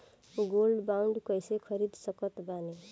Gold bond कईसे खरीद सकत बानी?